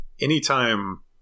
anytime